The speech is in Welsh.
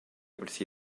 wrth